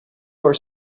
are